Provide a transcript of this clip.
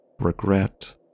regret